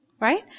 right